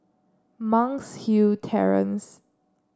Monk's Hill Terrace